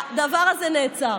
הדבר הזה נעצר,